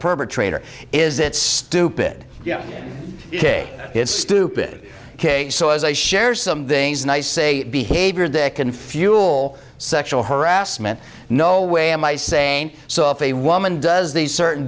perpetrator is that stupid ok it's stupid ok so as a share some things and i say behavior that can fuel sexual harassment no way am i saying so if a woman does these certain